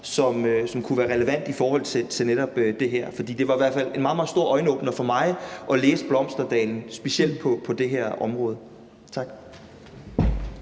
som kunne være relevant i forhold til netop det her. For det var i hvert fald en meget, meget stor øjenåbner for mig at læse »Blomsterdalen«, specielt på det her område. Tak.